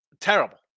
terrible